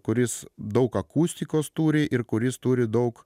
kuris daug akustikos turi ir kuris turi daug